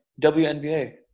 WNBA